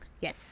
yes